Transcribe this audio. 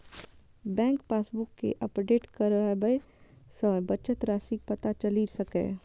bank passbook कें update कराबय सं बचत राशिक पता चलि सकैए